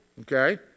okay